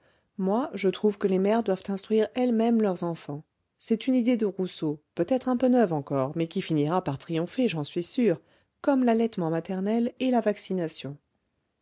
moi le trouve que les mères doivent instruire elles-mêmes leurs enfants c'est une idée de rousseau peut-être un peu neuve encore mais qui finira par triompher j'en suis sûr comme l'allaitement maternel et la vaccination